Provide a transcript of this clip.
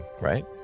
right